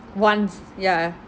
once ya